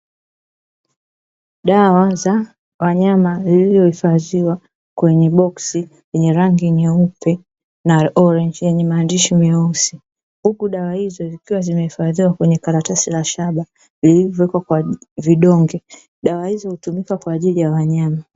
Dawa za wanyama zilizohifadhiwa kwenye boski lenye rangi nyeupe na orenji yenye maandishi meusi ,huku dawa hizo zikiwazimehifadhiwa kwenye karatasi za shaba vilivyowekwa kwa vidonge ,dawa hizo hutumika kwa ajili ya wanyama.